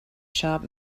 sharp